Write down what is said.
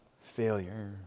failure